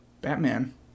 Batman